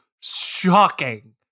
shocking